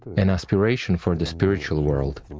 and aspiration for and the spiritual world,